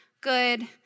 good